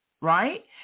right